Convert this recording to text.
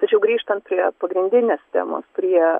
tačiau grįžtant prie pagrindinės temos prie